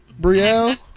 Brielle